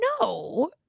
No